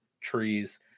trees